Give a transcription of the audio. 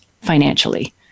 financially